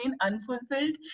unfulfilled